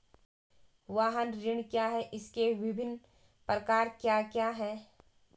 वाहन ऋण क्या है इसके विभिन्न प्रकार क्या क्या हैं?